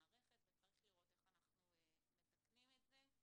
כמערכת וצריך לראות איך אנחנו מתקנים את זה.